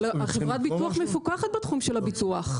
אבל חברת הביטוח מפוקחת בתחום של הביטוח.